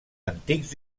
antics